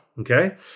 Okay